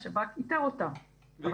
השב"כ איתר 25,516?